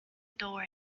door